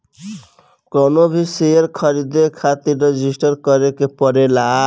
कवनो भी शेयर खरीदे खातिर रजिस्टर करे के पड़ेला